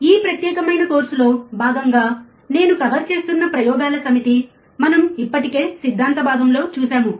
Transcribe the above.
ఈ ప్రత్యేకమైన కోర్సులో భాగంగా నేను కవర్ చేస్తున్న ప్రయోగాల సమితి మనం ఇప్పటికే సిద్ధాంత భాగంలో చూశాము